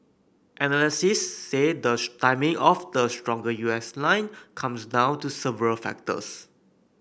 analysts say the timing of the stronger U S line comes down to several factors